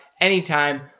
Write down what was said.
anytime